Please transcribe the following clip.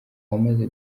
wamaze